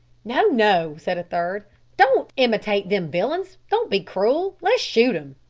no, no, said a third don't imitate them villains don't be cruel let's shoot him.